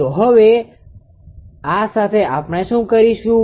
તો હવે આ સાથે આપણે શું કરીશું